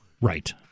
right